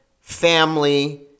family